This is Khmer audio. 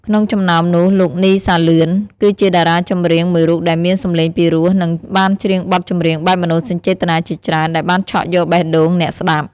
ក្នុងចំណោមនោះ លោក នី សាលឿន គឺជាតារាចម្រៀងមួយរូបដែលមានសម្លេងពីរោះនិងបានច្រៀងបទចម្រៀងបែបមនោសញ្ចេតនាជាច្រើនដែលបានឆក់យកបេះដូងអ្នកស្តាប់។